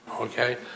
Okay